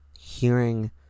hearing